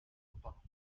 autònomes